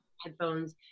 headphones